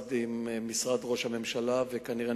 משרד ראש הממשלה וכנראה,